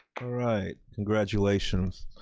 right, congratulations.